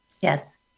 Yes